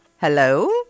Hello